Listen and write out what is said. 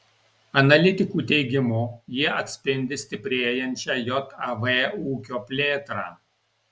analitikų teigimu jie atspindi stiprėjančią jav ūkio plėtrą